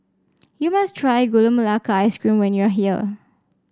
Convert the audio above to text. you must try Gula Melaka Ice Cream when you are here